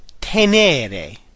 tenere